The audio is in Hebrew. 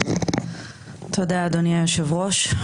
תודה אדוני היושב ראש.